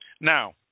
Now